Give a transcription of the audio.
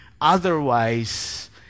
Otherwise